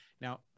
Now